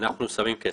אנחנו שמים כסף.